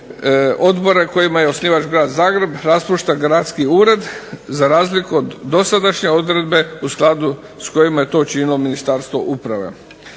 odbore kojima je osnivač grad Zagreb raspušta gradski ured za razliku od dosadašnje odredbe u skladu s kojima je to činilo Ministarstvo uprave.